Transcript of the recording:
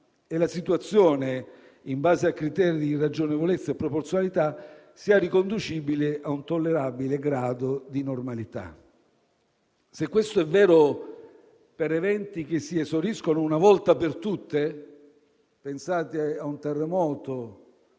e la situazione, in base a criteri di ragionevolezza e proporzionalità, sia riconducibile a un tollerabile grado di normalità. Se questo è vero per eventi che si esauriscono una volta per tutte (pensate a un terremoto,